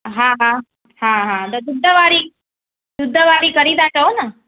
हा हा हा हा त ॾुध वारी ॾुध वारी कढ़ी था चओ न